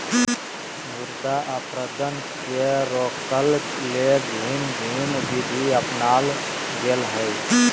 मृदा अपरदन के रोकय ले भिन्न भिन्न विधि अपनाल गेल हइ